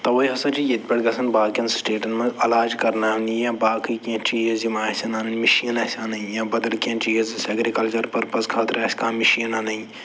تَوَے ہسا چھِ ییٚتہِ پٮ۪ٹھ گژھان باقِیَن سِٹیٹَن منٛز علاج کَرٕناونہِ یا باقٕے کیٚنہہ چیٖز یِم آسن اَنٕنۍ مٔشیٖن آسہِ اَنٕنۍ یا بدل کیٚنہہ چیٖز آسہِ اٮ۪گریٖکَلچَر پٕرپَز خٲطرٕ آسہِ کانٛہہ مٔشیٖن اَنٕنۍ